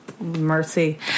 Mercy